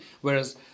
whereas